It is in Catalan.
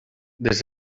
des